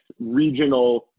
regional